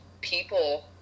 people